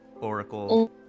Oracle